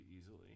easily